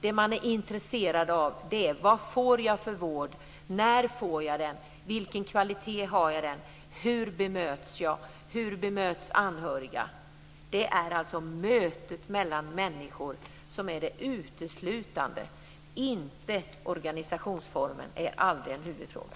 Det som man är intresserad av är: Vad får jag för vård? När får jag den? Vilken kvalitet har den? Hur bemöts jag? Hur bemöts mina anhöriga? Det är alltså mötet mellan människor som är det avgörande. Organisationsformen är aldrig en huvudfråga.